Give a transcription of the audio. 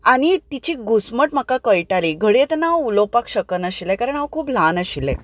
आनी तिची घुस्मट म्हाका कळटाली घडये तेन्ना हांव उलोवपाक शकनाशिल्लें कारण हांव खूब ल्हान आशिल्लें